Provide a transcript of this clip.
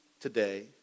today